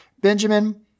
Benjamin